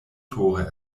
tore